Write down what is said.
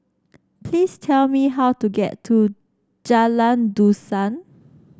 please tell me how to get to Jalan Dusan